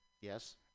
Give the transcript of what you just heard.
Yes